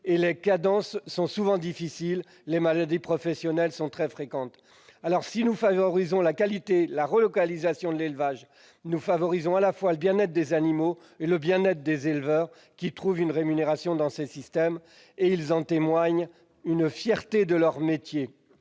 et les cadences sont souvent difficiles ; les maladies professionnelles sont très fréquentes. Si nous favorisons la qualité et la relocalisation de l'élevage, nous favorisons à la fois le bien-être des animaux et celui des éleveurs, qui trouvent une rémunération dans ces systèmes et- ils en témoignent -une fierté retrouvée de leur métier.